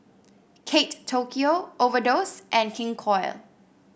Kate Tokyo Overdose and King Koil